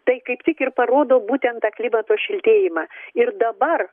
tai kaip tik ir parodo būtent tą klimato šiltėjimą ir dabar